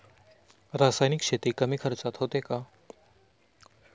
रासायनिक शेती कमी खर्चात होते का?